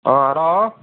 ಆಂ hello